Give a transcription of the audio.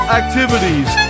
activities